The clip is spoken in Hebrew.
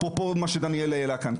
אפרופו מה שדניאל העלה כאן.